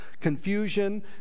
confusion